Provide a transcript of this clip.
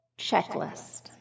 checklist